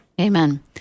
Amen